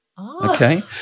Okay